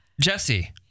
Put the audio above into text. Jesse